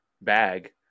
bag